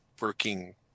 working